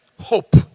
hope